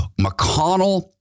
McConnell